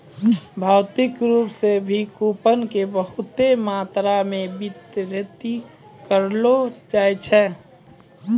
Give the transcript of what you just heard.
भौतिक रूप से भी कूपन के बहुते मात्रा मे वितरित करलो जाय छै